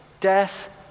death